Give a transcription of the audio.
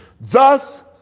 Thus